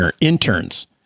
Interns